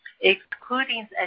excluding